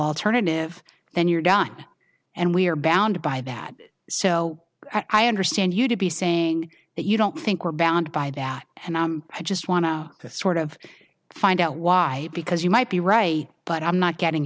alternative then you're done and we are bound by that so i understand you to be saying that you don't think we're bound by dad and i just want to sort of find out why because you might be right but i'm not getting